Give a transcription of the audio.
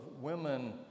women